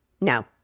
No